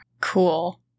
Cool